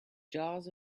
jaws